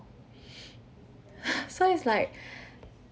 so it's like